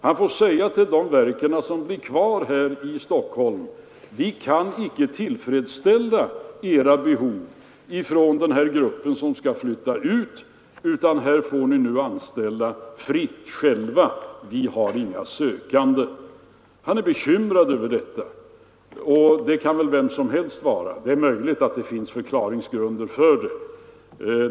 Han får säga till de verk som blir kvar här i Stockholm: Vi kan icke tillfredsställa era behov ur den grupp som skall flytta ut, utan nu får ni själva anställa fritt. Vi har inga sökande. Han är bekymrad över detta, och det kan väl vem som helst vara, men det är möjligt att det finns förklaringsgrunder.